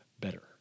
better